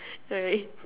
alright